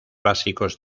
básicos